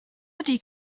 ydy